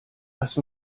lass